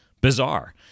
bizarre